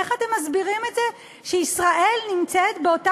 איך אתם מסבירים את זה שישראל נמצאת באותה